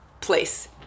place